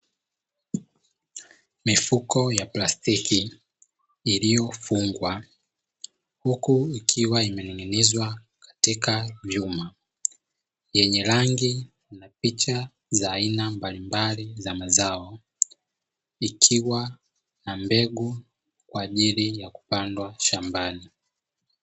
Mifuko ya plastiki iliyofungwa huku ikiwa imening'inizwa katika vyuma yenye rangi na picha za aina mbalimbali za mazao, ikiwa na mbegu kwa ajili ya kupandwa shambani.